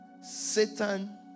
Satan